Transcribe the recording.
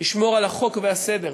לשמור על החוק והסדר,